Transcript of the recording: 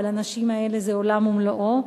אבל לנשים האלה זה עולם ומלואו.